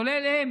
כולל הם,